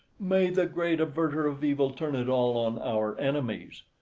may the great averter of evil turn it all on our enemies!